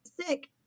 sick